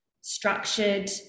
structured